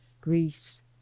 greece